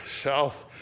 South